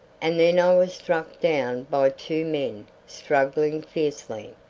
and then i was struck down by two men struggling fiercely.